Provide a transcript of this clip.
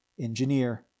engineer